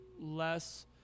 less